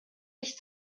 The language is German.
ich